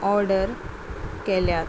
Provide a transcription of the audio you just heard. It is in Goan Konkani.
ऑर्डर केल्यात